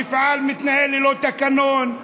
המפעל מתנהל ללא תקנון,